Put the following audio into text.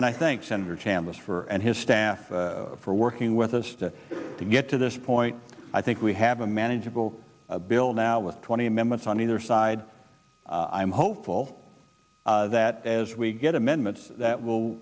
and i think senator chambliss for and his staff for working with us to get to this point i think we have a manageable bill now with twenty members on either side i'm hopeful that as we get amendments that will